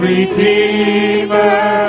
Redeemer